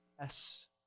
yes